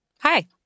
Hi